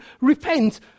repent